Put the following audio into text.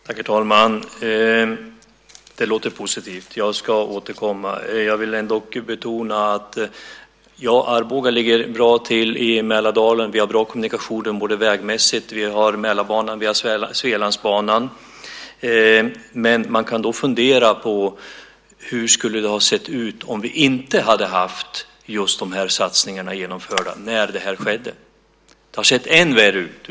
Herr talman! Det låter positivt. Jag ska återkomma. Ja, Arboga ligger bra till i Mälardalen. Vi har bra kommunikationer vägmässigt, och vi har Mälarbanan och Svealandsbanan. Men man kan då fundera på hur det skulle ha sett ut om vi inte hade haft just de här satsningarna genomförda när det här skedde. Det hade sett än värre ut.